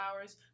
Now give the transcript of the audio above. hours